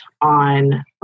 on